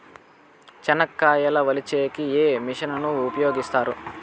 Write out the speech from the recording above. చెనక్కాయలు వలచే కి ఏ మిషన్ ను ఉపయోగిస్తారు?